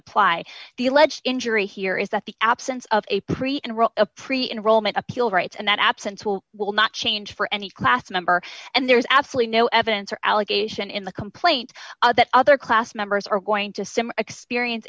apply the alleged injury here is that the absence of a pre and a pre enrollment appeal rights and that absence will will not change for any class member and there is absolutely no evidence or allegation in the complaint that other class members are going to sim experience